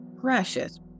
precious